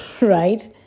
right